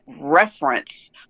reference